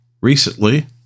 recently